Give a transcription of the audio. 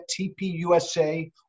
TPUSA